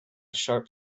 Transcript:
sharp